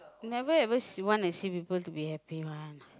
never ever she wanna see people to be happy one